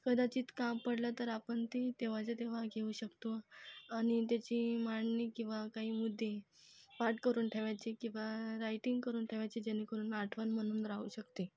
कदाचित काम पडलं तर आपण ती तेव्हाच्या तेव्हा घेऊ शकतो आणि त्याची मांडणी किंवा काही मुद्दे पाठ करून ठेवायचे किंवा रायटिंग करून ठेवायचे जेणेकरून आठवण म्हणून राहू शकते